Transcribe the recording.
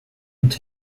und